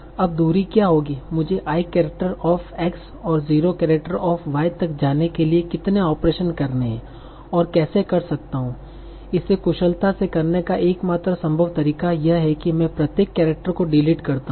अब दूरी क्या होगी मुझे i केरैक्टर ऑफ़ X और 0 केरैक्टर ऑफ़ Y तक जाने के लिए कितने ऑपरेशन करने हैं और कैसे कर सकता हूं इसे कुशलता से करने का एकमात्र संभव तरीका यह है कि मैं प्रत्येक केरैक्टर को डिलीट करता रहूं